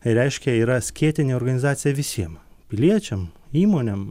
reiškia yra skėtinė organizacija visiem piliečiam įmonėm